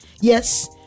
Yes